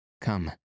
Come